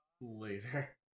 later